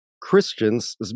Christians